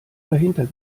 dahinter